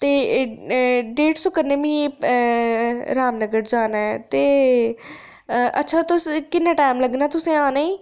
डेढ़ सौ कन्नै मिगी रामनगर जाने ते तुस अच्छा किन्ना टैम लग्गना तुसेंगी औने गी